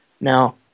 Now